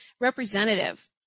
representative